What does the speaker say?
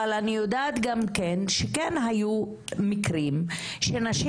אבל אני יודעת גם שכן היו מקרים שנשים